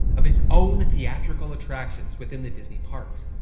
of his own theatrical attractions within the disney parks.